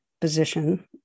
position